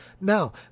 Now